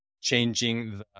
changing